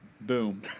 Boom